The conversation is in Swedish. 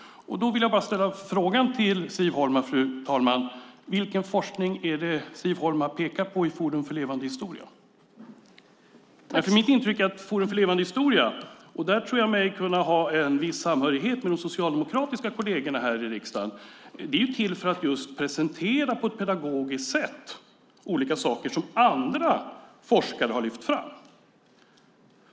Då vill jag fråga Siv Holma följande: Vilken forskning är det som Siv Holma pekar på när det gäller Forum för levande historia? Mitt intryck är att Forum för levande historia - där tror jag mig kunna ha en viss samhörighet med de socialdemokratiska kollegerna här i riksdagen - är till för att på ett pedagogiskt sätt presentera olika saker som andra forskare har lyft fram.